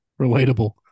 relatable